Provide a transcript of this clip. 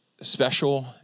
special